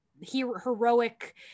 heroic